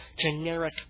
generic